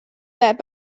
that